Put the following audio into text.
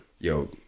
Yo